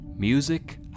Music